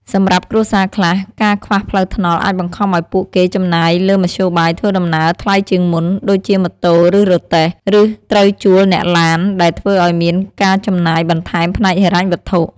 សម្រាប់គ្រួសារខ្លះ ការខ្វះផ្លូវថ្នល់អាចបង្ខំឱ្យពួកគេចំណាយលើមធ្យោបាយធ្វើដំណើរថ្លៃជាងមុន (ដូចជាម៉ូតូ ឬរទេះ) ឬត្រូវជួលអ្នកឡាន ដែលធ្វើអោយមានការចំណាយបន្ថែមផ្នែកហិរញ្ញវត្ថុ។